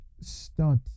start